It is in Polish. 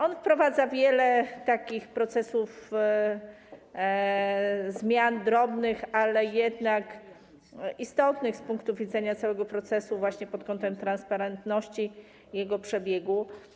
On wprowadza wiele procesów, zmian drobnych, ale jednak istotnych z punktu widzenia całego procesu właśnie pod kątem transparentności jego przebiegu.